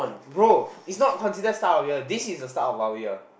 bro is not considered start of year this is the start of our year